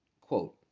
Quote